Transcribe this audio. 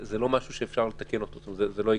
זה לא משהו שאפשר לתקן אותו, זה לא יקרה.